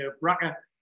Bracker